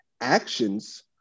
actions